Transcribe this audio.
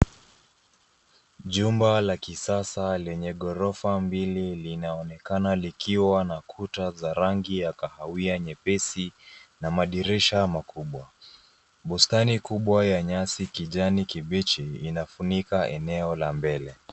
Jumba la kisasa lenye ghorofa mbili linaonekana likiwa na kuta za rangi ya kahawia nyepesi na madirisha makuwa. Bustani kubwa ya nyasi kijani kibichi inafunika eneo la mbele.